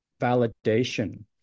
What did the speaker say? validation